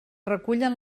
recullen